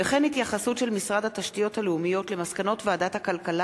וכן התייחסות של משרד התשתיות הלאומיות למסקנות ועדת הכלכלה